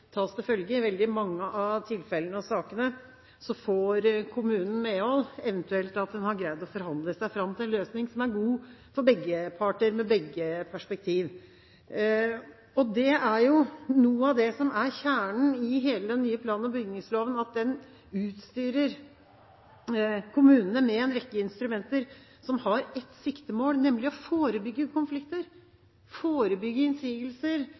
tas til følge. I veldig mange av tilfellene og sakene får kommunen medhold, eventuelt har en greid å forhandle seg fram til en løsning som er god for begge parter med begges perspektiv. Noe av det som jo er kjernen i hele den nye plan- og bygningsloven, er at den utstyrer kommunene med en rekke instrumenter som har ett siktemål, nemlig å forebygge konflikter, forebygge innsigelser